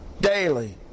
Daily